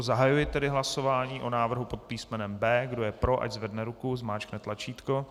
Zahajuji tedy hlasování o návrhu pod písmenem B. Kdo je pro, ať zvedne ruku, zmáčkne tlačítko.